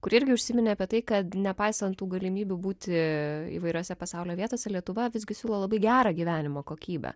kuri irgi užsiminė apie tai kad nepaisant tų galimybių būti įvairiose pasaulio vietose lietuva visgi siūlo labai gerą gyvenimo kokybę